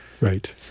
Right